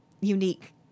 unique